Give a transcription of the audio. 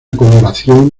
coloración